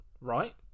right